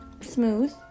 smooth